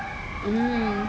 mm